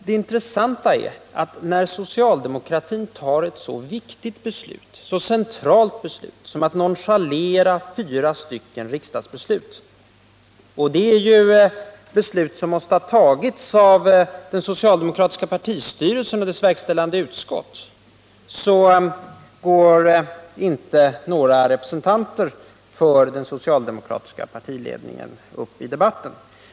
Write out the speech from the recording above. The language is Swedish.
Det intressanta är dock att det, trots att socialdemokratin fattat ett så centralt avgörande som att nonchalera fyra riksdagsbeslut — och det är ett avgörande som måste ha träffats i den socialdemokratiska partistyrelsen och dess verkställande utskott — inte går upp några representanter för den socialdemokratiska partiledningen i debatten.